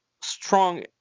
strong